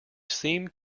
seemed